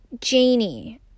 Janie